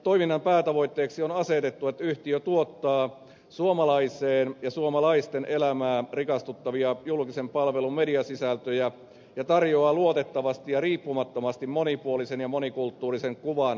toiminnan päätavoitteeksi on asetettu että yhtiö tuottaa suomalaisten elämää rikastuttavia julkisen palvelun mediasisältöjä ja tarjoaa luotettavasti ja riippumattomasti monipuolisen ja monikulttuurisen kuvan maailmasta